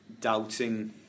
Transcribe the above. doubting